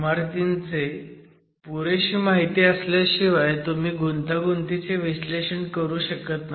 इमारतींची पुरेशी माहिती असल्याशिवाय तुम्ही गुंतागुंतीचे विश्लेषण करू शकत नाही